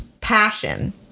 Passion